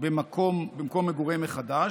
במקום מגוריהם החדש,